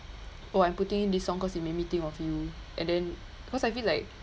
oh I'm putting in this song cause it made me think of you and then cause I feel like